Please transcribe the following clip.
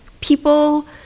people